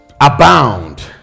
Abound